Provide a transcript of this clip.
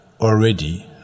already